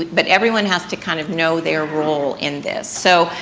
but everyone has to kind of know their role in this. so,